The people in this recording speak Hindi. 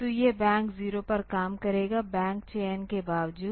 तो यह बैंक 0 पर काम करेगा बैंक चयन के बावजूद